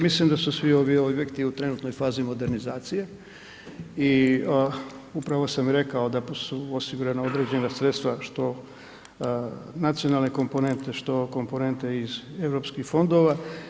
Mislim da su svi ovi objekti u trenutnoj fazi modernizacije i upravo sam rekao da su osigurana određena sredstva što nacionalne komponente, što komponente iz Europskih fondova.